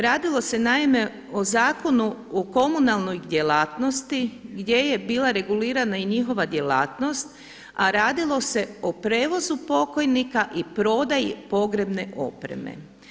Radilo se naime o Zakonu o komunalnoj djelatnosti gdje je bila regulirana i njihova djelatnost, a radilo se o prijevozu pokojnika i prodaji pogrebne opreme.